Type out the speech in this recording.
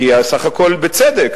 כי סך הכול בצדק,